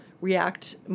react